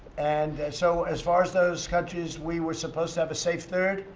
and so, as far as those countries, we were supposed to have a safe third.